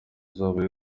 azaba